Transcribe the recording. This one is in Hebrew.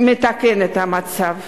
מתקן את המצב,